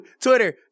Twitter